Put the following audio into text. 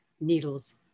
needles